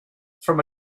from